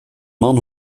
man